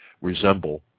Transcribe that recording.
resemble